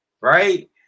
right